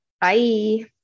Bye